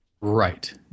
Right